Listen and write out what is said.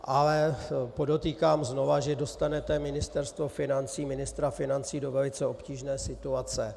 Ale podotýkám znova, že dostanete Ministerstvo financí, ministra financí do velice obtížné situace.